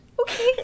okay